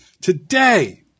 today